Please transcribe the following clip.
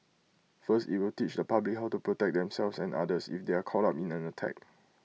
first IT will teach the public how to protect themselves and others if they are caught up in an attack